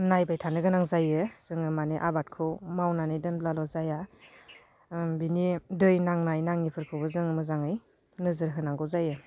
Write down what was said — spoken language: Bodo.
नायबाय थानो गोनां जायो जोङो माने आबादखौ मावनानै दोनब्लाल' जाया ओ बिनि दै नांनाय नाङिफोरखौबो जों मोजाङै नोजोर होनांगौ जायो